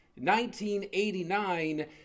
1989